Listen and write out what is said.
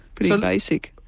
pretty basic.